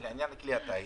לעניין כלי הטיס,